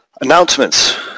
announcements